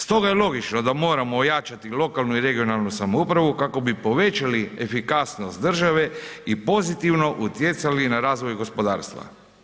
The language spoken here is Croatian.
Stoga je logično da moramo ojačati lokalnu i regionalnu samoupravu kako bi povećali efikasnost države i pozitivno utjecali na razvoj gospodarstva.